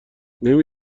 نمی